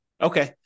Okay